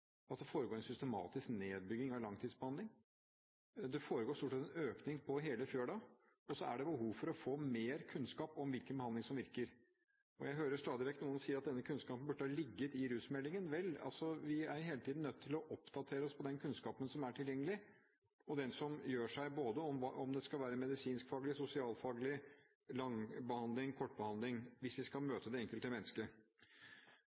at det foregår en systematisk nedbygging av langtidsbehandling. Det foregår stort sett en økning langs hele fjøla. Så er det behov for å få mer kunnskap om hvilken behandling som virker. Jeg hører stadig vekk noen si at denne kunnskapen burde ha ligget i rusmeldingen. Vel, vi er hele tiden nødt til å oppdatere oss på den kunnskapen som er tilgjengelig, og som gjør seg – om det skal være medisinskfaglig, sosialfaglig, om det skal være lang behandling, kort behandling – hvis vi skal